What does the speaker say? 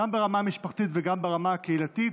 גם ברמה המשפחתית וגם ברמה הקהילתית,